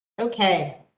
Okay